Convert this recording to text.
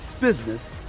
business